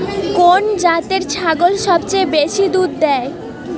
কোন জাতের ছাগল সবচেয়ে বেশি দুধ দেয়?